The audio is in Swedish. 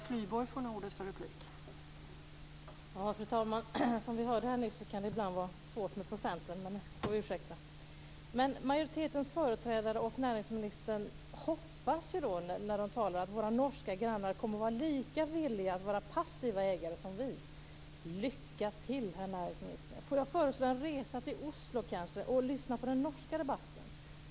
Fru talman! Som vi hörde här nyss kan det ibland vara svårt med procenten, men det får vi ursäkta. Majoritetens företrädare och näringsministern hoppas att våra norska grannar kommer att vara lika villiga att vara passiva ägare som vi. Lycka till, herr näringsminister! Får jag kanske föreslå en resa till Oslo för att lyssna på den norska debatten.